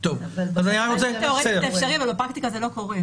אבל בפרקטיקה זה לא קורה.